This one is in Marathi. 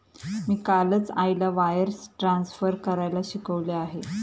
मी कालच आईला वायर्स ट्रान्सफर करायला शिकवले आहे